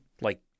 like-